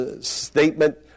statement